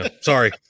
Sorry